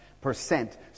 percent